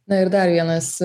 na ir dar vienas